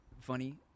funny